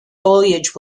foliage